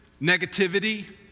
negativity